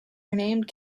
renamed